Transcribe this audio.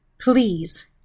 Please